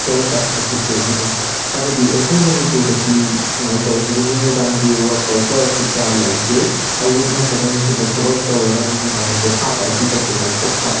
hair ꯀꯠ ꯑꯁꯤꯁꯨ ꯑꯃꯅꯤ ꯍꯥꯏꯕꯗꯤ ꯑꯩꯈꯣꯏ ꯃꯅꯤꯄꯨꯔꯗꯗꯤ ꯁꯨꯃꯥꯏꯅ ꯇꯧꯋꯦ ꯍꯥꯏꯗꯤ ꯅꯨꯃꯤꯗꯥꯡꯒꯤ ꯋꯥꯛ ꯀꯜꯆꯔ ꯑꯁꯤ ꯀꯌꯥ ꯂꯩꯇꯦ ꯑꯌꯨꯛ ꯅꯠꯇ꯭ꯔꯒ ꯅꯨꯡꯊꯤꯜꯗ ꯊꯕꯛ ꯇꯧꯔꯒ ꯅꯨꯃꯤꯗꯥꯡꯗ ꯄꯣꯊꯥꯕ ꯑꯁꯤ ꯇꯁꯦꯡꯅ ꯊꯣꯛꯄ